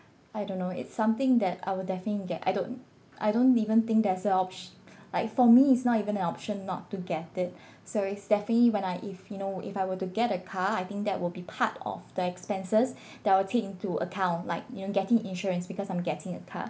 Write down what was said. I don't know it's something that I will definitely get I don't I don't even think there's a opt~ like for me it's not even an option not to get it so it's definitely when I if you know if I were to get a car I think that will be part of the expenses that I'll take into account like you know getting insurance because I'm getting a car